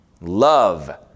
Love